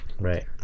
Right